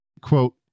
Quote